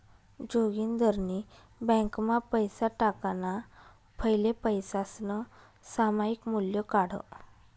जोगिंदरनी ब्यांकमा पैसा टाकाणा फैले पैसासनं सामायिक मूल्य काढं